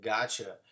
Gotcha